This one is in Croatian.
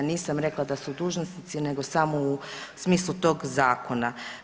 Nisam rekla da su dužnosnici, nego samo u smislu toga zakona.